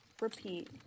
repeat